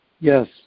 yes